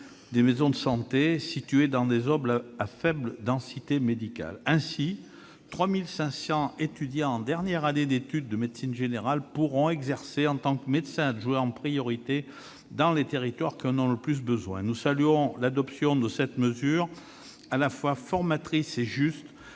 des maisons de santé situées dans des zones à faible densité médicale. Ainsi, les 3 500 étudiants en dernière année d'études de médecine générale pourront exercer en priorité, en tant que médecins adjoints, dans les territoires qui en ont le plus besoin. Nous saluons l'adoption de cette mesure, à la fois formatrice et juste,